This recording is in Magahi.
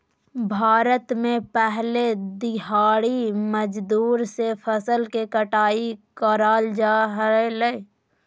भारत में पहले दिहाड़ी मजदूर से फसल के कटाई कराल जा हलय